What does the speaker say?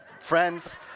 Friends